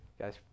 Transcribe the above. Guys